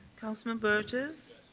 councilman burgess.